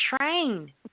train